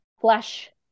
Flash